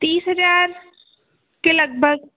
तीस हज़ार के लगभग